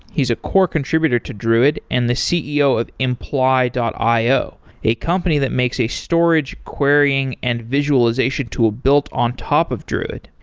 he's a core contributor to druid and the ceo of imply io a company that makes a storage querying and visualization tool built on top of druid.